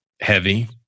heavy